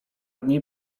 dni